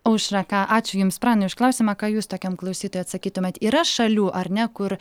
aušra ką ačiū jums pranai už klausimą ką jūs tokiam klausytojui atsakytumėt yra šalių ar ne kur